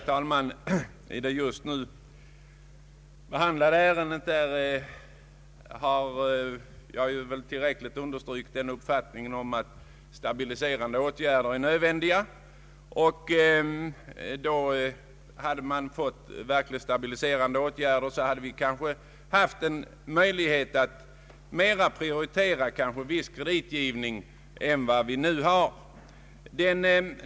Herr talman! I det nyss behandlade ärendet har jag väl tillräckligt understrukit uppfattningen att stabiliserande åtgärder är nödvändiga. Om verkligt stabiliserande åtgärder vidtagits, hade vi kanske haft möjlighet att ge högre prioritet åt en en viss kreditgivning än vi nu har.